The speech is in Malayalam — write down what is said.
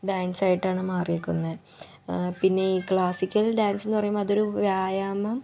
ഡാൻസ് ആയിട്ടാണ് മാറിയിരിക്കുന്നത് പിന്നെ ഈ ക്ലാസ്സിക്കൽ ഡാൻസ് എന്ന് പറയുമ്പോൾ അത് ഒരു വ്യായാമം